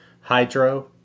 Hydro